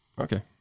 okay